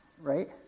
Right